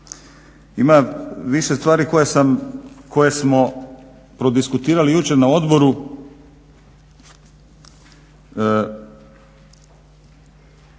Ima više stvari koje smo prodiskutirali jučer na odboru,